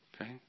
Okay